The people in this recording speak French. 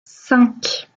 cinq